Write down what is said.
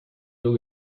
nur